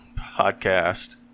Podcast